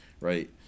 right